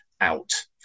out